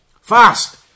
fast